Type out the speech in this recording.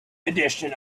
edition